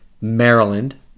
Maryland